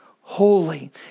Holy